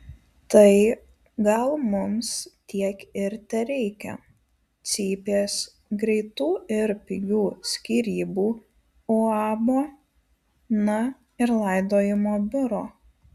tai gal mums tiek ir tereikia cypės greitų ir pigių skyrybų uabo na ir laidojimo biuro